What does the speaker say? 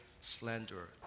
slanderer